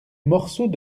morceaux